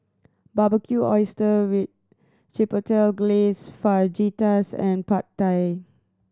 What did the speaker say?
Barbecued Oyster with Chipotle Glaze Fajitas and Pad Thai